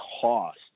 cost